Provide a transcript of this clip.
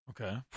Okay